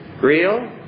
Real